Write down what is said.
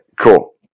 Cool